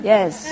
Yes